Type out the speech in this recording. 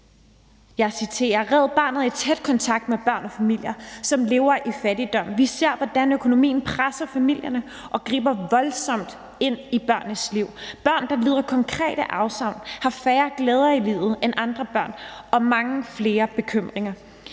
Schmidt-Nielsen: »Red Barnet er i tæt kontakt med børn og familier, som lever i fattigdom. Vi ser, hvordan økonomien presser familierne og griber voldsomt ind i børnenes liv. Børn, der lider konkrete afsavn, har færre glæder i livet end andre børn og mange flere bekymringer.